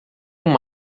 uma